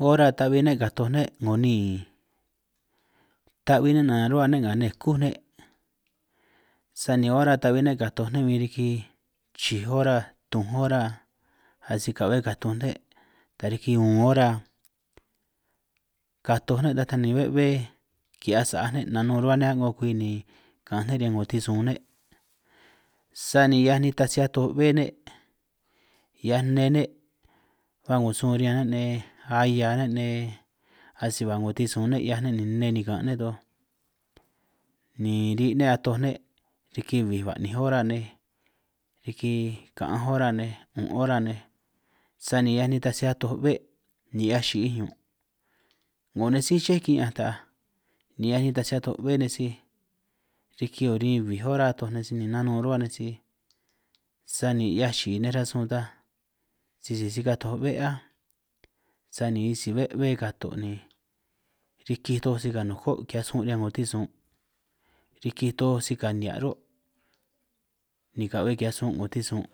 Ora ta'bi ne' katoj ne' 'ngo niin, ta'bi ne' naran rruhua ne' ngá ne' kú ne' sani ora tabi ne' katoj ne' bin riki chij ora tunj ora, asi ka'be katoj ne' ta riki uun ora katoj ne' taj ta ni be'e ki'hiaj sa'aj ne', nanun rruhua ne' a'ngo kwi ni ka'anj ne' riñan 'ngo tisun ne', sani hiaj nitaj si atoj be'e ne' hiaj nne ne' ba 'ngo sun riñan ne' nej ahia ne' nej, asi ba 'ngo tisun ne' 'hiaj ne' ni nne nikan ne' toj, ni ri' ne' atoj riki bbij ba'ninj ora nej riki ka'anj ora nej, 'un' ora nej sani hiaj nitaj si atoj be'e' ni 'hiaj chi'ij ñun', 'ngo nej sí ché ki'ñanj ta'aj ni hia nitaj si atoj be'e nej sij, riki 'ngo orin bbij ora atoj nej sij ni nanun rruhua nej sij sani 'hiaj chi'i nej rasun ta sisi si katoj be'e áj, sani isi be'e be'e kato ni rikij toj si kanukuo ki'hiaj sun', riñan 'ngo tisun riki toj si ka nihia' rruhuo' ni ka'be ki'hiaj sun' 'ngo tisun',